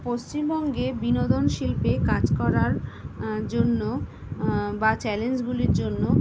পশ্চিমবঙ্গে বিনোদন শিল্পে কাজ করার জন্য বা চ্যালেঞ্জগুলির জন্য